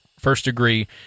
first-degree